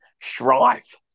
strife